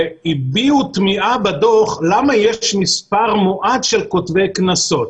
והביעו תמיהה בדוח למה יש מספר מועט של כותבי קנסות.